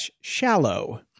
shallow